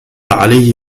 عليه